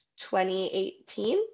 2018